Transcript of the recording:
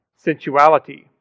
sensuality